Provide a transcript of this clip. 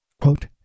Quote